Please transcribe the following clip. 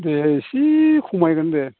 दे एसे खमायगोन दे